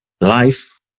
life